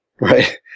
right